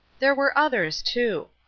there were others too.